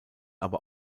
aber